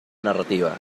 narrativa